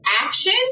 action